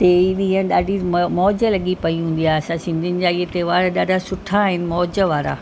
टेई ॾींहं ॾाढी मौज लॻी पई हुंदी आहे असां सिंधियुनि जा इहे त्योहार ॾाढा सुठा आहिनि मौज वारा